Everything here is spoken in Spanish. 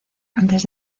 antes